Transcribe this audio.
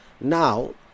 Now